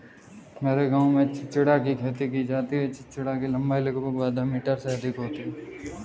मेरे गांव में चिचिण्डा की खेती की जाती है चिचिण्डा की लंबाई लगभग आधा मीटर से अधिक होती है